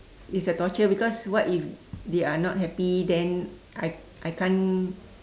it's a torture because what if they are not happy then I I can't